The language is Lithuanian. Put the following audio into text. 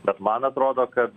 bet man atrodo kad